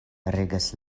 regas